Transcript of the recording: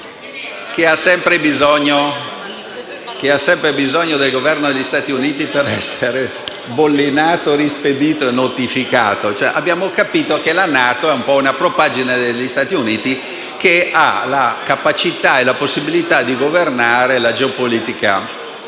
che ha sempre bisogno del Governo degli Stati Uniti per essere bollinato, rispedito e notificato. Abbiamo cioè capito che la NATO è un po' una propaggine degli Stati Uniti che ha la capacità e la possibilità di governare la geopolitica